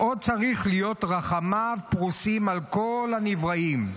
"עוד צריך להיות רחמיו פרושים על כל הנבראים,